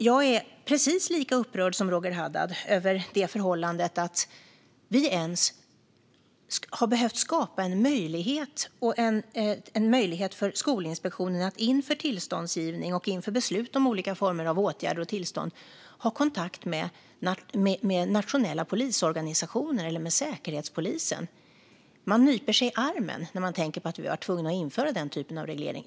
Jag är precis lika upprörd som Roger Haddad över förhållandet att vi ens har behövt skapa en möjlighet för Skolinspektionen att inför tillståndsgivning och beslut om olika former av åtgärder ha kontakt med nationella polisorganisationer eller med Säkerhetspolisen. Man nyper sig i armen när man tänker på att vi varit tvungna att införa den typen av reglering.